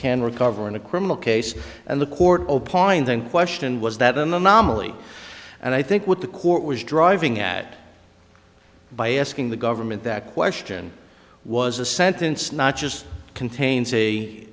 can recover in a criminal case and the court opined then question was that an anomaly and i think what the court was driving at by asking the government that question was a sentence not just contain